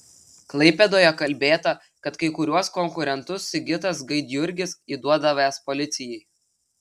klaipėdoje kalbėta kad kai kuriuos konkurentus sigitas gaidjurgis įduodavęs policijai